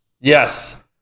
yes